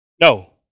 No